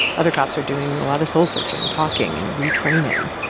other cops are doing a lot of soul searching, talking and retraining.